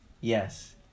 Yes